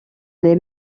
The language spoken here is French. les